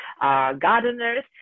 gardeners